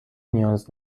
نیاز